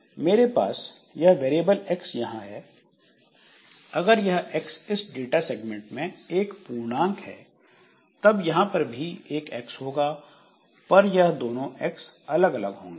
मेरे पास यह वेरिएबल एक्स यहां है अगर यह X इस डाटा सेगमेंट में एक पूर्णांक है तब यहां पर भी एक एक्स होगा पर यह दोनों X अलग अलग होंगे